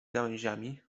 gałęziami